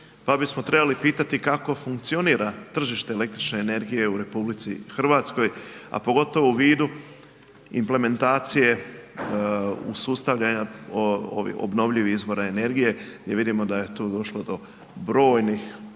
pa bismo trebali pitati kako funkcionira tržište električne energije u RH, a pogotovo u vidu implementacije usustavljanja obnovljivih izvora energije gdje vidimo da je tu došlo do brojnih